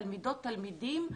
תלמידות ותלמידים,